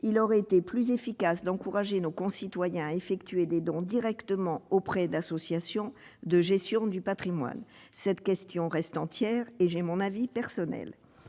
il aurait été plus efficace d'encourager nos concitoyens à effectuer des dons directement auprès des associations de gestion du patrimoine. Cette question reste entière, et je garde un avis personnel